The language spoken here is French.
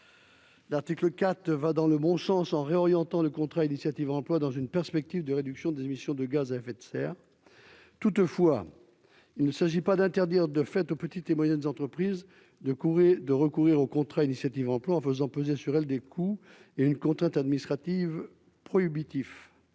l'article 4 va dans le bon sens en réorientant le contrat initiative emploi dans une perspective de réduction des émissions de gaz à effet de serre, toutefois il ne s'agit pas d'interdire de fait aux petites et moyennes entreprises de et de recourir aux contrats initiative emploi en faisant peser sur elle des coûts et une contrainte administrative prohibitifs,